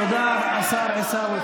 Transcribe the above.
תודה, השר עיסאווי